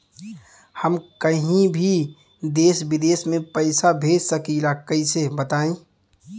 हम कहीं भी देश विदेश में पैसा भेज सकीला कईसे बताई?